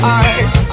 eyes